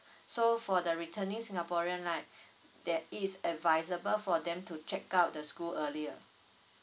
so for the returning singaporean like that it is advisable for them to check out the school earlier